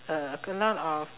uh a lot of